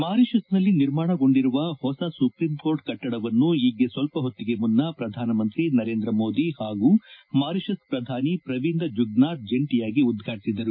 ಮಾರಿಷಸ್ನಲ್ಲಿ ನಿರ್ಮಾಣಗೊಂಡಿರುವ ಹೊಸ ಸುಪ್ರೀಂಕೋರ್ಟ್ ಕಟ್ಟಡವನ್ನು ಈಗ್ಗೆ ಸ್ವಲ್ಪ ಹೊತ್ತಿಗೆ ಮುನ್ನ ಪ್ರಧಾನಮಂತ್ರಿ ನರೇಂದ್ರ ಮೋದಿ ಹಾಗೂ ಮಾರಿಪು್ ಪ್ರಧಾನಿ ಪ್ರವೀಂದ್ ಜುಗ್ನಾಥ್ ಜಂಟಿಯಾಗಿ ಉದ್ವಾಟಿಸಿದರು